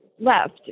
left